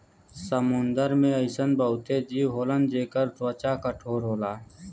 समुंदर में अइसन बहुते जीव होलन जेकर त्वचा कठोर होला